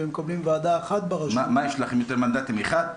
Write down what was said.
והם מקבלים ועדה אחת ב- -- מה יש לכם יותר מנדטים אחד?